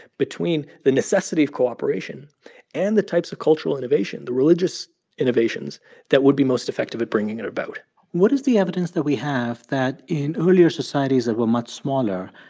between the necessity of cooperation and the types of cultural innovation, the religious innovations that would be most effective at bringing it about what is the evidence that we have that in earlier societies that were much smaller,